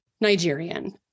Nigerian